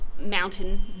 mountain